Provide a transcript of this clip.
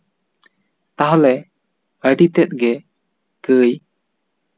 ᱛᱟᱦᱚᱞᱮ ᱟᱹᱰᱤ ᱛᱮᱜ ᱜᱮ ᱠᱟᱹᱭ